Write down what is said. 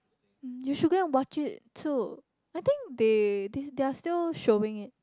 you should go and watch it too I think they they they are still showing it